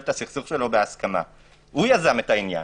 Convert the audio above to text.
את הסכסוך שלו בהסכמה - הוא יזם את העניין